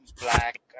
black